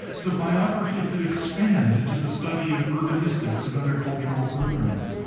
so biography could expand into the study of urbanistics and other cultural programs.